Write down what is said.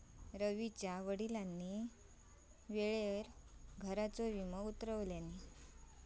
रवीच्या वडिलांनी वेळेवर घराचा विमो उतरवल्यानी